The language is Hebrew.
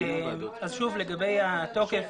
לגבי התוקף.